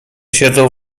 siedzą